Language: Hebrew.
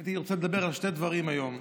הייתי רוצה לדבר על שני דברים היום.